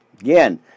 Again